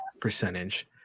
percentage